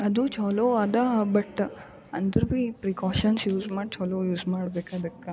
ಅದು ಚಲೋ ಅದಾ ಬಟ್ ಅಂದರೆ ಬಿ ಪ್ರಿಕಾಷನ್ಸ್ ಯೂಸ್ ಮಾಡಿ ಚಲೋ ಯೂಸ್ ಮಾಡ್ಬೇಕು ಅದಕ್ಕೆ